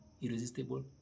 irresistible